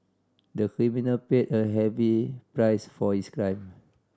the criminal paid a heavy price for his crime